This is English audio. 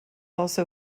also